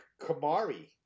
Kamari